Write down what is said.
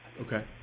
Okay